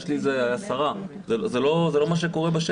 יש לי 10, זה לא מה שקורה בשטח.